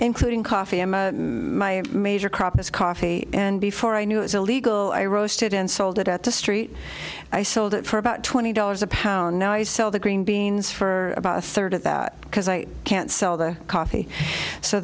including coffee and my major crop is coffee and before i knew it was illegal i roasted and sold it at the street i sold it for about twenty dollars a pound now i sell the green beans for about a third of that because i can't sell the coffee so